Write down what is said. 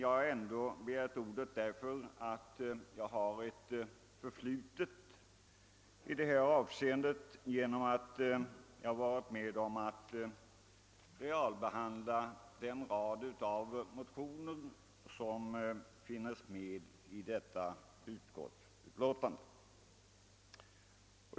Jag har ändå begärt ordet, eftersom jag har ett förflutet i denna fråga i det att jag varit med om att realbehandla den rad av motioner som upptas i detta utlåtande.